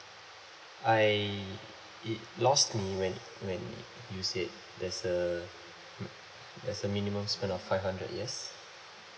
I it lost me when when you said there's the mm there's the minimum spend of five hundred yes